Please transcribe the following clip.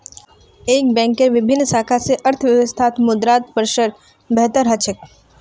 एक बैंकेर विभिन्न शाखा स अर्थव्यवस्थात मुद्रार प्रसार बेहतर ह छेक